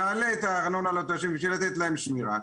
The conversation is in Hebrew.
נעלה את הארנונה לתושבים בשביל לתת להם שמירה,